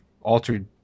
altered